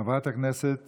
חברת הכנסת